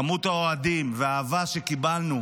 כמות האוהדים והאהבה שקיבלנו,